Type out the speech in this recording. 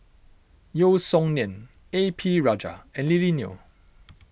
Yeo Song Nian A P Rajah and Lily Neo